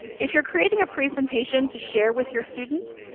if you're creating a presentation to share with your students,